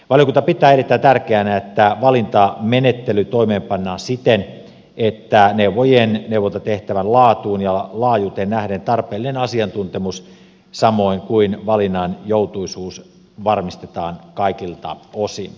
valiokunta pitää erittäin tärkeänä että valintamenettely toimeenpannaan siten että neuvojien neuvontatehtävän laatuun ja laajuuteen nähden tarpeellinen asiantuntemus samoin kuin valinnan joutuisuus varmistetaan kaikilta osin